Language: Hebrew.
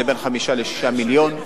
בין 5 ל-6 מיליון.